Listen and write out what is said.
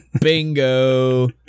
Bingo